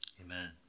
Amen